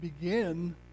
begin